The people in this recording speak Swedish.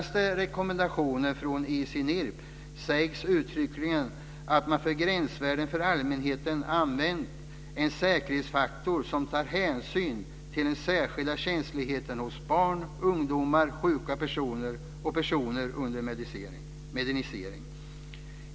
sägs uttryckligen att man för gränsvärdena för allmänheten använt en säkerhetsfaktor som tar hänsyn till den särskilda känsligheten hos barn, ungdomar, sjuka personer och personer under medicinering.